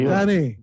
Danny